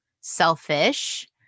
selfish